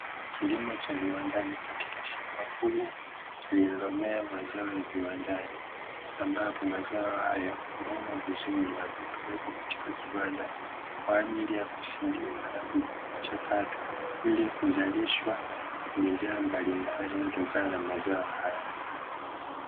Kilimo cha viwandani katika shamba kubwa lililommea mazao ya viwandani ambapo mazao hayo huvunwa vizuri katika kiwanda, kwa ajili ya kusindika na kuchakatwa ilikuzalishwa bidhaa mbalimbali zinazotokana na mazao hayo.